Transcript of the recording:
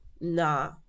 nah